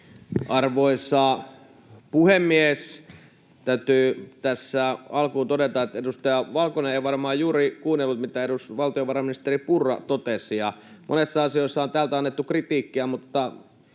Arvoisa puhemies! Täytyy tässä alkuun todeta, että edustaja Valkonen ei varmaan juuri kuunnellut, mitä valtiovarainministeri Purra totesi. Monissa asioissa on täältä annettu kritiikkiä, mutta